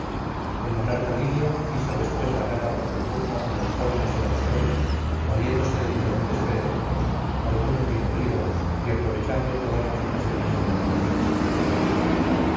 el monarca lydio hizo después la guerra por su turno a los jonios y a los eolios valiéndose de diferentes pretextos algunos bien frívolos y aprovechando todas las ocasiones de engrandecerse